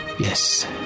Yes